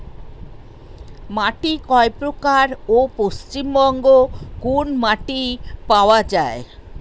মাটি কয় প্রকার ও পশ্চিমবঙ্গ কোন মাটি পাওয়া য়ায়?